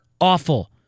awful